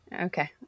Okay